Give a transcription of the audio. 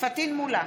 פטין מולא,